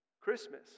Christmas